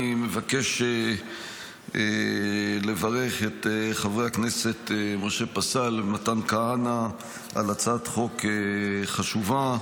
אני מבקש לברך את חברי הכנסת משה פסל ומתן כהנא על הצעת חוק חשובה.